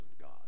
God